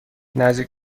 نزدیک